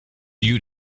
you